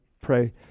pray